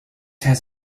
has